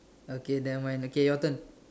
okay never mind okay your turn